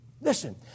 listen